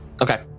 Okay